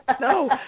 no